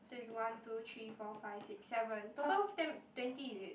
so its one two three four five six seven total ten twenty is it